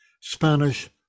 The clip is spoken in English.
Spanish